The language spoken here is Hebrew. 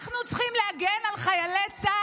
ברור.